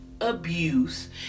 abuse